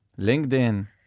LinkedIn